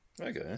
okay